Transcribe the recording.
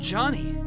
Johnny